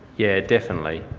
yeah definitely.